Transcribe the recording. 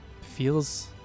feels